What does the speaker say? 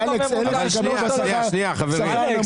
הוצאות על השגחה בבית.